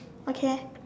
okay